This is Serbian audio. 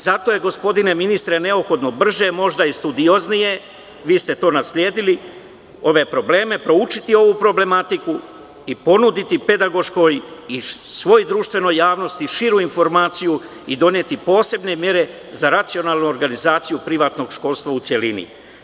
Zato je gospodine ministre neophodno brže i studioznije, vi ste nasledili ove probleme, proučiti ovu problematiku i ponuditi pedagoškoj i svoj društvenoj javnosti širu informaciju i doneti posebne mere za racionalnu organizaciju privatnog školstva u celini.